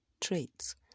traits